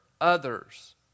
others